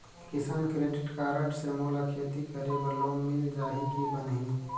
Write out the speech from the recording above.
किसान credit card से मोला खेती करे बर लोन मिल जाहि की बनही??